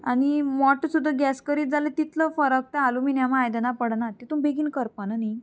आनी मोटो सुद्दां गॅस करीत जाल्यार तितलो फरक ते आलुमिनियमा आयदनां पडना तितून बेगीन करपाना न्ही